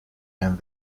and